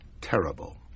Terrible